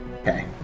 Okay